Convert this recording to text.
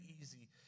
easy